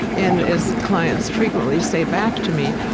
and as clients frequently say back to me,